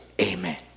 Amen